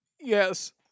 yes